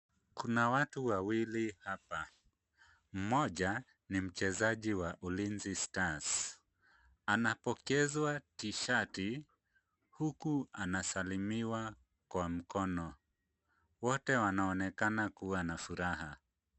Kuna watu wawili hapa ,mmoja ni mchezaji wa Ulinzi Stars, anapokezwa tishati huku anasalimiwa kwa mkono , wote wanaonekana kuwa na furaha.